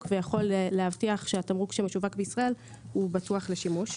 ויכול להבטיח שהתמרוק שמשווק בישראל בטוח לשימוש.